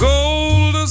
Gold